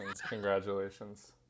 Congratulations